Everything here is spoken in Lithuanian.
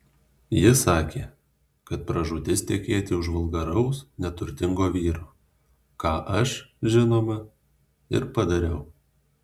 ji sakė kad pražūtis tekėti už vulgaraus neturtingo vyro ką aš žinoma ir padariau